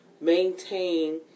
maintain